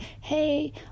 Hey